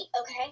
okay